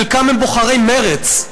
חלקם הם בוחרי מרצ,